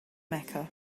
mecca